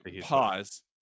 pause